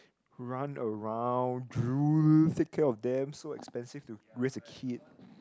run around drool take care of them so expensive to raise a kid